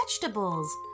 vegetables